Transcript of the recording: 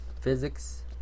physics